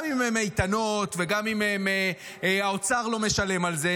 גם אם הן איתנות וגם אם האוצר לא משלם על זה,